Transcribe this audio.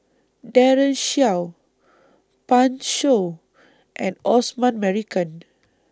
Daren Shiau Pan Shou and Osman Merican